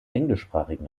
englischsprachigen